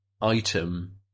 item